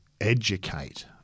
educate